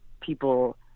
people